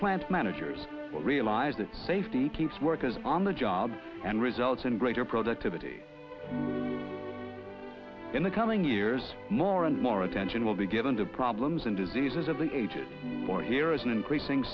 plant managers will realize that safety keeps workers on the job and results in greater productivity in the coming years more and more attention will be given to problems in diseases of the aged or here is an increasing